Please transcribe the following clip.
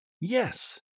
Yes